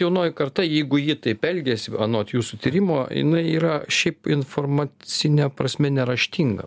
jaunoji karta jeigu ji taip elgiasi anot jūsų tyrimo jinai yra šiaip informacine prasme neraštinga